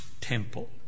temple